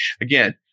again